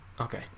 Okay